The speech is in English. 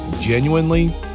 genuinely